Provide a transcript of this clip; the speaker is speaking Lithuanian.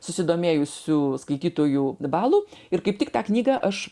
susidomėjusių skaitytojų balų ir kaip tik tą knygą aš